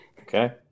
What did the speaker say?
Okay